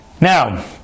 Now